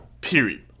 Period